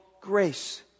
grace